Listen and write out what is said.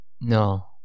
No